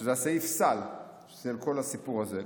שזה סעיף סל של כל הסיפור הזה,